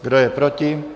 Kdo je proti?